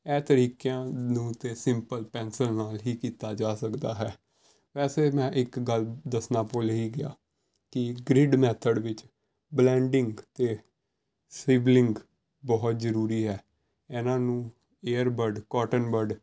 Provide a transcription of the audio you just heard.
ਇਹ ਤਰੀਕਿਆਂ ਨੂੰ ਤਾਂ ਸਿੰਪਲ ਪੈਨਸਲ ਨਾਲ ਹੀ ਕੀਤਾ ਜਾ ਸਕਦਾ ਹੈ ਵੈਸੇ ਮੈਂ ਇੱਕ ਗੱਲ ਦੱਸਣਾ ਭੁੱਲ ਹੀ ਗਿਆ ਕਿ ਗ੍ਰਿੱਡ ਮੈਥਡ ਵਿੱਚ ਬਲੈਂਡਿੰਗ ਅਤੇ ਸਿਬਲਿੰਗ ਬਹੁਤ ਜ਼ਰੂਰੀ ਹੈ ਇਹਨਾਂ ਨੂੰ ਏਅਰ ਬਰਡ ਕਾਟਨ ਬਰਡ